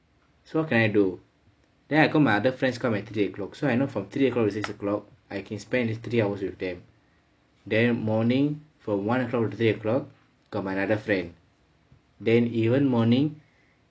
so what can I do then I call my other friends come at three o'clock so I know from three o'clock to six o'clock I can spend the three hours with them then morning from one o'clock to three o'clock got my another friend then even morning